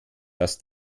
dass